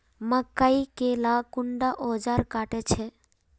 मकई के ला कुंडा ओजार काट छै?